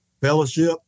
fellowship